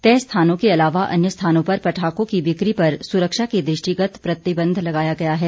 तय स्थानों के अलावा अन्य स्थानों पर पटाखों की बिक्री पर सुरक्षा के दृष्टिगत प्रतिबंध लगाया गया है